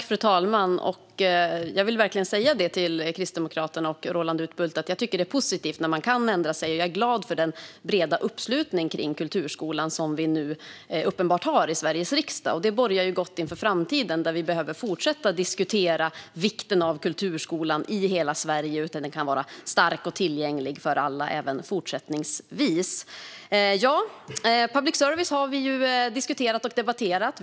Fru talman! Jag vill verkligen säga till Kristdemokraterna och Roland Utbult att jag tycker att det är positivt när man kan ändra sig. Jag är glad över den breda uppslutning kring kulturskolan som vi nu uppenbart har i Sveriges riksdag. Det bådar gott inför framtiden, där vi behöver fortsätta diskutera vikten av kulturskolan i hela Sverige så att den kan vara stark och tillgänglig för alla även fortsättningsvis. Public service har vi ju diskuterat och debatterat.